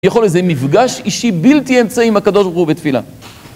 יכול איזה מפגש אישי בלתי אמצעי עם הקדוש ברוך הוא בתפילה